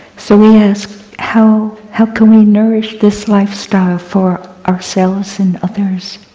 so we ask, how how can we nourish this lifestyle for ourself and others?